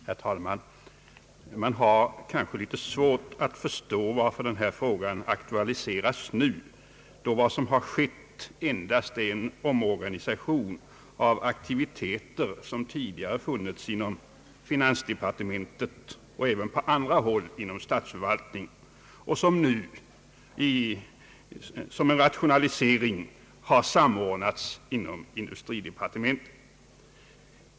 Herr talman! Man har kanske litet svårt att förstå varför denna fråga aktualiseras nu, då vad som har skett endast är en omorganisation av aktiviteter som tidigare förekommit inom finansdepartementet och även på andra håll inom statsförsvaltningen och som nu har samordnats inom industridepartementet.